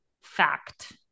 fact